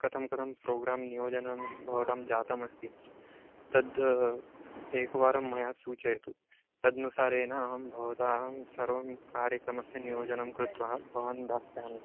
कथं कथं प्रोग्राम् नियोजनाम् भवतां जातमस्ति तद् एकवारं मया सूचयतु तदनुसारेण अहं भवतां सर्वं कार्यक्रमस्य नियोजनं कृत्वा भवन्तं दास्यामि